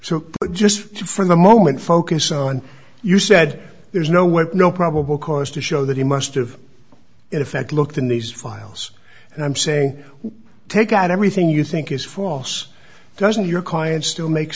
but just for the moment focus on you said there's no way no probable cause to show that he must've in effect looked in these files and i'm saying take out everything you think is false doesn't your client still make